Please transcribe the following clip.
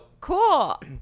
cool